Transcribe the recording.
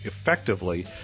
effectively